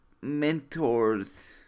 mentors